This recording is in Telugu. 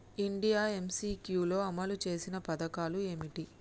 ఇండియా ఎమ్.సి.క్యూ లో అమలు చేసిన పథకాలు ఏమిటి?